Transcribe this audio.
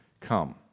come